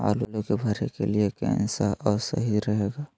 आलू के भरे के लिए केन सा और सही रहेगा?